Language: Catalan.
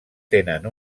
tenen